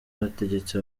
bategetse